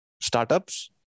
startups